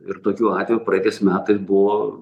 ir tokiu atvejų praeitais metais buvo